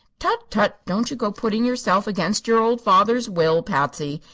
tut-tut! don't you go putting yourself against your old father's will, patsy.